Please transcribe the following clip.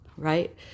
Right